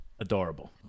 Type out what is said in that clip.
adorable